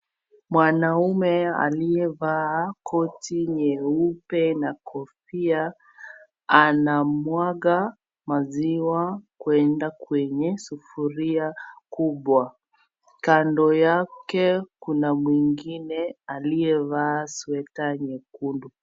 Mwanaume aliyevaa koti nyeupe na kofia. Anamwaga maziwa kwenda kwenye sufuria kubwa. Kando yake, kuna mwingine aliyevaa sweta nyekundu.